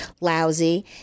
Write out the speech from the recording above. lousy